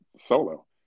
solo